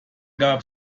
gab